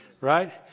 Right